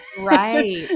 Right